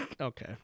Okay